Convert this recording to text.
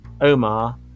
Omar